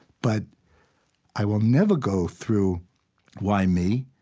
but i will never go through why me?